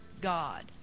God